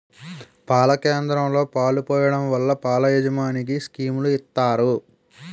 పాల కేంద్రంలో పాలు పోయడం వల్ల పాల యాజమనికి స్కీములు ఇత్తారు